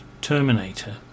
terminator